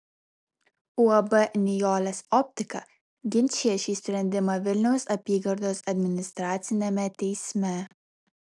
uab nijolės optika ginčija šį sprendimą vilniaus apygardos administraciniame teisme